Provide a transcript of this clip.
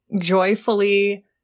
joyfully